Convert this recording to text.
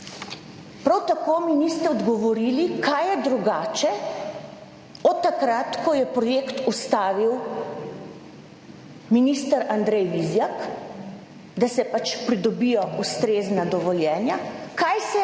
Prav tako mi niste odgovorili, kaj je drugače od takrat, ko je projekt ustavil minister Andrej Vizjak, da se pač pridobijo ustrezna dovoljenja, kaj se je